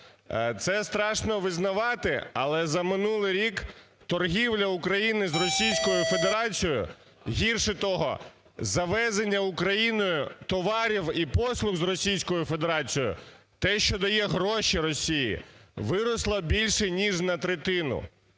Це страшно визнавати, але за минулий рік торгівля України з Російською Федерацією, гірше того, завезення Україною товарів і послуг з Російської Федерації те, що дає гроші Росії, виросло більше ніж на третину.